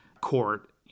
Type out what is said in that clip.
court